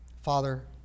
Father